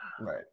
Right